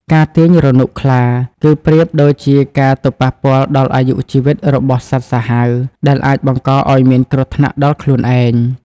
ការទាញរនុកខ្លាគឺប្រៀបដូចជាការទៅប៉ះពាល់ដល់អាយុជីវិតរបស់សត្វសាហាវ ដែលអាចបង្កឱ្យមានគ្រោះថ្នាក់ដល់ខ្លួនឯង។